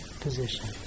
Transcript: position